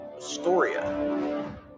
Astoria